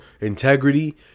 integrity